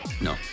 No